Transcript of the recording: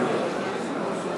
איפה זה.